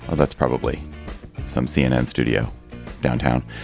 that's probably some cnn studio downtown.